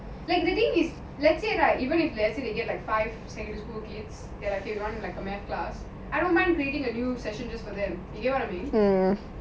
that someone recommend lah I don't mind to just go there you know what I mean